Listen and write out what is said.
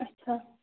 اچھا